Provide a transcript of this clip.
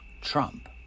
Trump